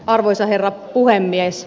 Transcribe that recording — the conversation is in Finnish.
arvoisa herra puhemies